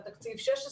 על תקציב 2016,